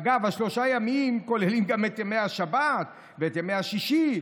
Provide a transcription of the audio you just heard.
אגב, שלושת הימים כוללים גם את שבת ואת יום שישי.